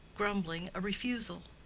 grumbling a refusal.